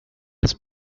this